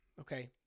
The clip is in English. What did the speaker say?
okay